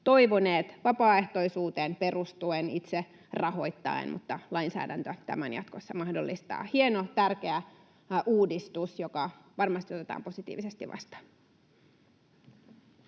toivoneet, vapaaehtoisuuteen perustuen, itse rahoittaen, mutta lainsäädäntö tämän jatkossa mahdollistaa. Hieno, tärkeä uudistus, joka varmasti otetaan positiivisesti vastaan.